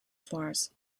floors